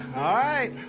alright,